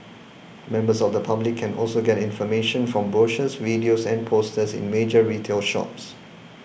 members of the public can also get information from brochures videos and posters in major retail shops